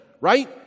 Right